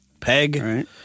Peg